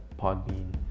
Podbean